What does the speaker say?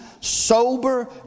sober